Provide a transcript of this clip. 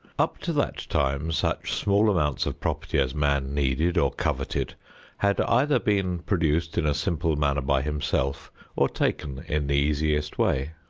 up to that time such small amounts of property as man needed or coveted had either been produced in a simple manner by himself or taken in the easiest way.